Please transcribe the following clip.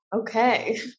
Okay